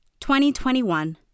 2021